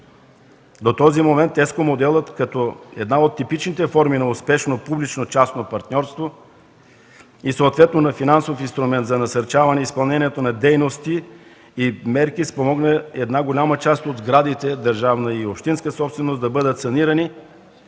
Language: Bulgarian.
До този момент ЕSCО моделът, като една от типичните форми на успешно публично частно партньорство и съответно на финансов инструмент за насърчаване изпълнението на дейности и мерки, спомогна голяма част от сградите – държавна и общинска собственост, да бъдат санирани